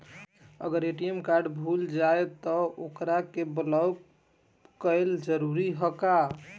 अगर ATM card भूला जाए त का ओकरा के बलौक कैल जरूरी है का?